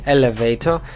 Elevator